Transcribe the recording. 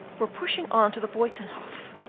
were pushing on to the buytenhof,